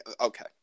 Okay